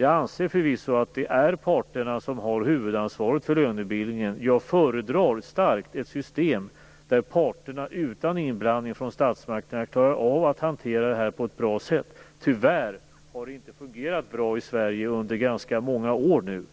Jag anser förvisso att det är parterna som har huvudansvaret för lönebildningen. Jag föredrar starkt ett system där parterna utan inblandning från statsmakterna klarar av att hantera lönebildningen på ett bra sätt. Tyvärr har det inte fungerat bra i Sverige under ganska många år nu.